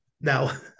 now